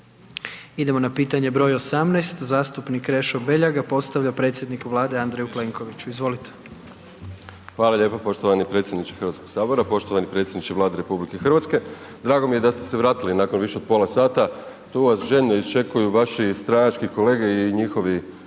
Idemo na pitanje br. 18. zastupnik Krešo Beljak ga postavlja predsjedniku Vlade Andreju Plenkoviću. Izvolite. **Beljak, Krešo (HSS)** Hvala lijepa poštovani predsjedniče Hrvatskoga sabora. Poštovani predsjedniče Vlade RH, drago mi je da ste se vratili nakon više od pola sata, tu vas željno iščekuju vaši stranački kolege i njihovi